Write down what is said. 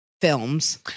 films